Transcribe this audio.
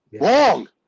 Wrong